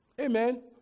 Amen